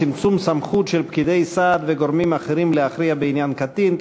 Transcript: צמצום סמכות של פקידי סעד וגורמים אחרים להכריע בעניין קטין),